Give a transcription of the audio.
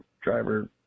Driver